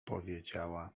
powiedziała